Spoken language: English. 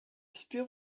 steel